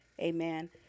Amen